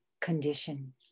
condition